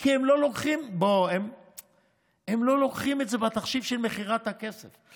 כי הם לא לוקחים את זה בתחשיב של מכירת הכסף.